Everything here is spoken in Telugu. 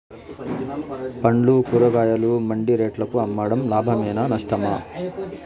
పండ్లు కూరగాయలు మండి రేట్లకు అమ్మడం లాభమేనా నష్టమా?